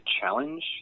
challenge